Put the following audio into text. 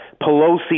Pelosi